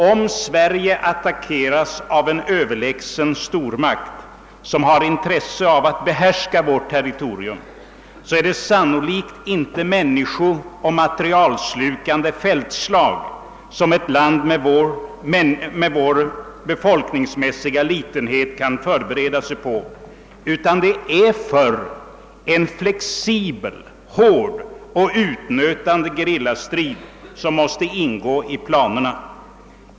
Om Sverige attackeras av en Ööverlägsen stormakt, som har intresse av att behärska vårt territorium, är det sannolikt inte människooch materielslukande fältslag som ett land med vår befolkningsmässiga litenhet bör förbereda sig för, utan våra planer måste utgå från behovet av en flexibel, hård och utnötande gerillastrid.